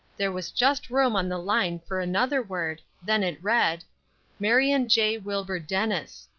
there was just room on the line for another word then it read marion j. wilbur dennis!